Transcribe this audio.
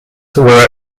were